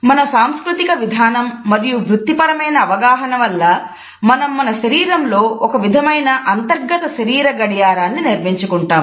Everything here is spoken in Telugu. మన సాంస్కృతిక విధానం మరియు వృత్తిపరమైన అవగాహన వలన మనం మన శరీరంలో ఒక విధమైన అంతర్గత శరీర గడియారం నిర్మించుకుంటాం